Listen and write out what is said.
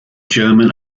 german